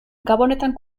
gabonetan